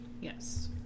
Yes